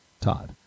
Todd